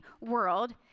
world